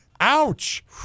Ouch